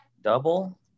double